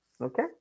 okay